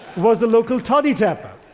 was a local toddy tapper,